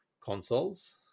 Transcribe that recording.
consoles